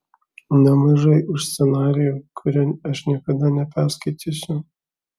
nemažai už scenarijų kurio aš niekada neperskaitysiu